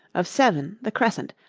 of seven, the crescent,